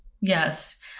Yes